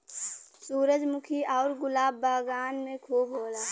सूरजमुखी आउर गुलाब बगान में खूब होला